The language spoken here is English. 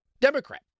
Democrat